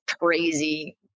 crazy